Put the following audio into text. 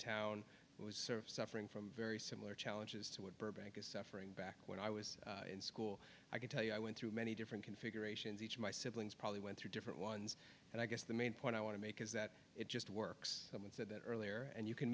that was sort of suffering from very similar challenges to what burbank is suffering back when i was in school i can tell you i went through many different configurations each of my siblings probably went through different ones and i guess the main point i want to make is that it just works that earlier and you can